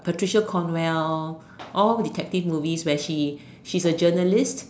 Patricia-Cornwell all detective movies where she she's a journalist